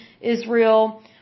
Israel